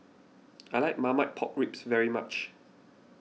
I like Marmite Pork Ribs very much